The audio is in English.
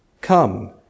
Come